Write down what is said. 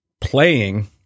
Playing